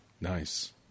Nice